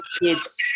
kids